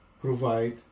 provide